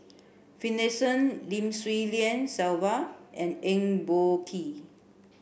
Finlayson Lim Swee Lian Sylvia and Eng Boh Kee